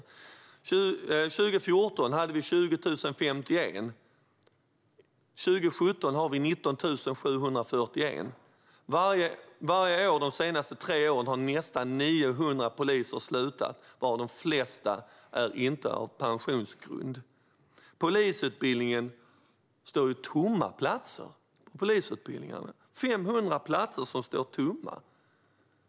År 2014 hade vi 20 051 poliser. År 2017 har vi 19 741. Varje år de senaste tre åren har nästan 900 poliser slutat, varav de flesta av annat skäl än på pensionsgrund. Platser står tomma på polisutbildningarna. 500 platser står tomma.